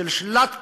של שלילת